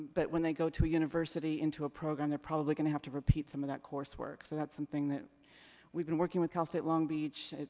but when they go to a university into a program, they're probably gonna have to repeat some of that coursework. so that's something that we've been working with cal state long beach.